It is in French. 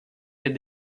est